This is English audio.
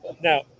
Now